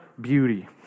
beauty